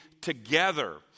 together